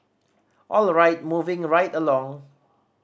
all right moving right along